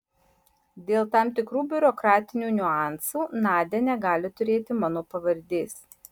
dėl tam tikrų biurokratinių niuansų nadia negali turėti mano pavardės